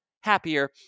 happier